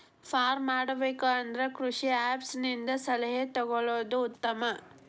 farm ಮಾಡಬೇಕು ಅಂದ್ರ ಕೃಷಿ ಆಪೇಸ್ ದಿಂದ ಸಲಹೆ ತೊಗೊಳುದು ಉತ್ತಮ